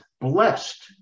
blessed